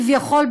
כביכול,